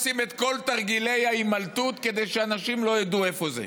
עושים את כל תרגילי ההימלטות כדי שאנשים לא ידעו איפה זה.